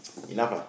enough lah